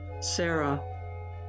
Sarah